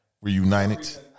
Reunited